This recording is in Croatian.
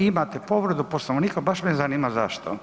Imate povredu Poslovnika, baš me zanima zašto.